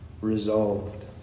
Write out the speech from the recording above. Resolved